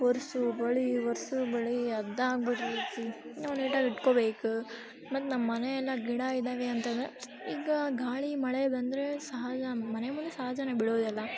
ಒರೆಸು ಬಳಿ ಒರೆಸು ಬಳಿ ಅದೇ ಆಗ್ಬಿಟ್ಟಿರ್ತೆ ನಾವು ನೀಟಾಗಿ ಇಟ್ಕೋಬೇಕು ಮತ್ತು ನಮ್ಮ ಮನೆ ಎಲ್ಲ ಗಿಡ ಇದ್ದಾವೆ ಅಂತಂದ್ರೆ ಈಗ ಗಾಳಿ ಮಳೆ ಬಂದ್ರೆ ಸಹಜ ಮನೆ ಮುಂದೆ ಸಹಜನೇ ಬೀಳೋದೆಲ್ಲ